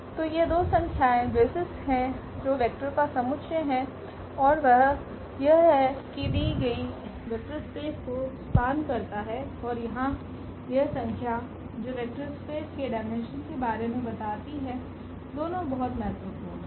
तो ये दो संख्याएं बेसिस हैं जो वेक्टर का समुच्चय हैं और वह यह है कि दि गई वेक्टर स्पेस को स्पान करता हैं और यहां यह संख्या जो वेक्टर स्पेस के डायमेंशन के बारे में बताती है दोनों बहुत महत्वपूर्ण हैं